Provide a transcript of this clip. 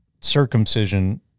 circumcision